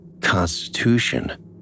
Constitution